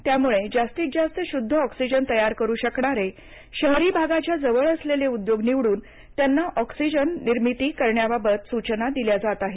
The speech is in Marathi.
त्यामुळे जास्तीत जास्त शुद्ध ऑक्सिजन तयार करू शकणारे शहरी भागाच्या जवळ असलेले उद्योग निवडून त्यांना वैद्यकीय ऑक्सिजन निर्मिती करण्याबाबत सूचना दिल्या जात आहेत